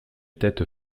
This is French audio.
tête